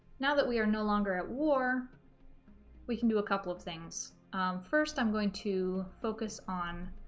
now that we are no longer at war we can do a couple of things first i'm going to focus on